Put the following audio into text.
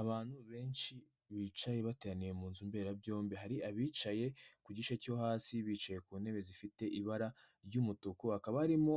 Abantu benshi bicaye bateraniye mu nzu mberabyombi, hari abicaye ku gice cyo hasi bicaye ku ntebe zifite ibara ry'umutuku hakaba harimo